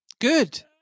good